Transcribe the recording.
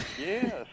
Yes